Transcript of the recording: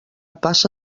passa